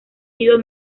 sido